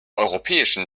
europäischen